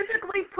physically